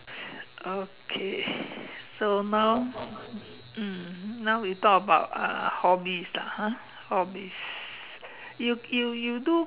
okay so now mm now we talk about uh hobbies lah ha hobbies you you you do